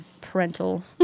parental